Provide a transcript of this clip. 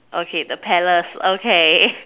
okay the palace okay